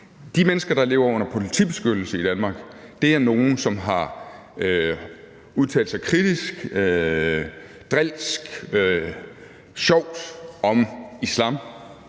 De mennesker, der lever under politibeskyttelse i Danmark, er nogle, der har udtalt sig kritisk, drilsk eller sjovt om islam.